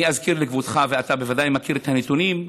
אני אזכיר לכבודך, ואתה בוודאי מכיר את הנתונים: